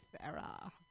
Sarah